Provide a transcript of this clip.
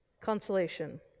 Consolation